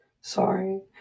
Sorry